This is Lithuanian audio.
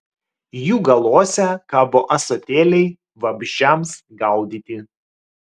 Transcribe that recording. jų galuose kabo ąsotėliai vabzdžiams gaudyti